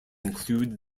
include